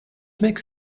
makes